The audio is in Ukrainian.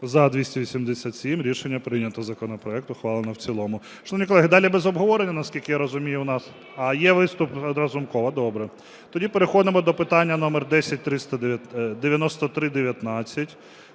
За-287 Рішення прийнято. Законопроект ухвалено в цілому. Шановні колеги, далі без обговорення, наскільки я розумію, у нас? А, є виступ Разумкова, добре. Тоді переходимо до питання №9319.